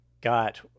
got